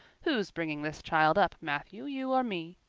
who's bringing this child up, matthew, you or me?